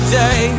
day